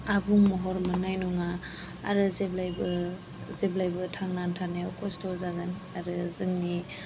आबुं महर मोननाय नङा आरो जेब्लायबो थांनानै थानायाव कस्त' जागोन आरो जोंनि